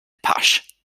pasch